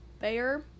Bayer